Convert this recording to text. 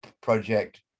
project